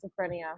schizophrenia